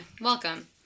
Welcome